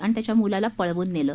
आणि त्याच्या मुलाला पळवून नेलं